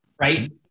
right